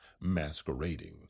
masquerading